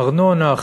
ארנונה.